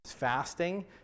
fasting